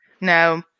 No